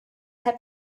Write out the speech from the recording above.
herr